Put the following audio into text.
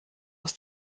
aus